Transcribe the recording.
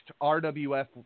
RWF